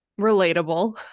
Relatable